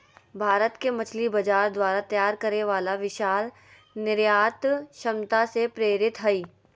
भारत के मछली बाजार द्वारा तैयार करे वाला विशाल निर्यात क्षमता से प्रेरित हइ